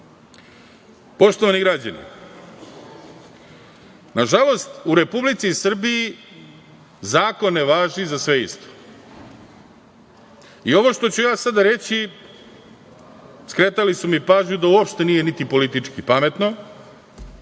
doneli. Poštovani građani, na žalost u Republici Srbiji zakon ne važi za sve isto. Ovo što ću ja sada reći skretali su mi pažnju da uopšte nije niti politički pametno,